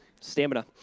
Stamina